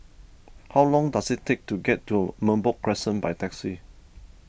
how long does it take to get to Merbok Crescent by taxi